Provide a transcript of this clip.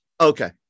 okay